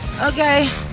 Okay